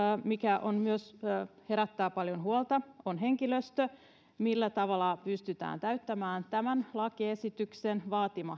mikä myös herättää paljon huolta on henkilöstö millä tavalla pystytään täyttämään tämän lakiesityksen vaatima